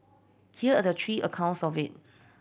here are the three accounts of it